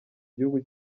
gihugu